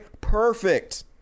perfect